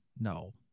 no